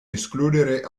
escludere